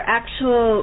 actual